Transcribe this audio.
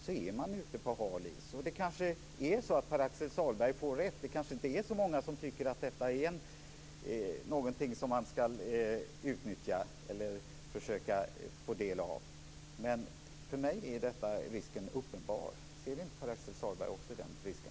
Pär Axel Sahlberg får kanske rätt. Det är kanske inte så många som tycker att detta är någonting som man skall utnyttja eller försöka att få del av. Men för mig är risken uppenbar. Ser inte Pär Axel Sahlberg också den risken?